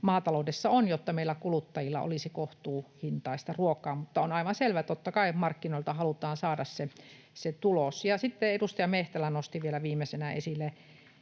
maataloudessa on, jotta meillä kuluttajilla olisi kohtuuhintaista ruokaa. Mutta on aivan selvää, totta kai, että markkinoilta halutaan saada se tulos. Ja sitten edustaja Mehtälä nosti vielä viimeisenä esille